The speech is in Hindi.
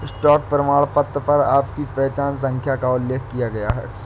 स्टॉक प्रमाणपत्र पर आपकी पहचान संख्या का उल्लेख किया गया है